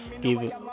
Give